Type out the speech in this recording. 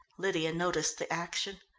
lydia noticed the action.